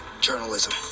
journalism